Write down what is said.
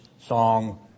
song